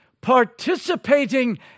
participating